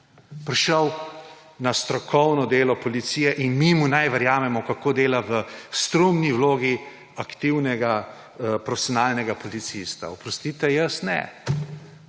prišel na strokovno delo policije in mi mu naj verjamemo, kako dela v strumni vlogi aktivnega profesionalnega policista. Oprostite, jaz ne